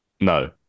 no